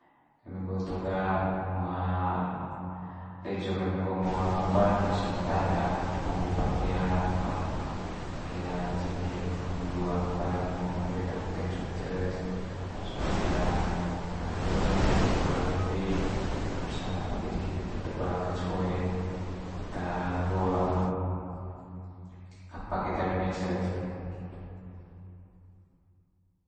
Eme nggo tong ga ngob lejong eme ngo bana sio ngo tadang hitu po nggo pake jeket kut nggo apalagi ngo ngger eta ruteng sot ces harus pake sepatu wa mai'n deko lewe harus pake jeket sot tebal koe ce koen kut nggo apa keta one mai ces pe nggitu.